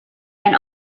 and